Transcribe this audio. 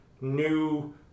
new